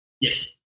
Yes